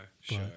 sure